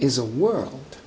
is a world